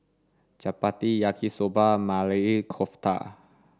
Chapati Yaki Soba and Maili Kofta